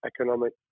economic